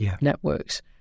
networks